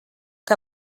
que